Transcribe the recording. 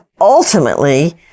ultimately